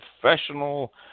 professional